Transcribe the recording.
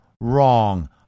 wrong